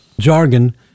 jargon